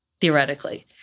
theoretically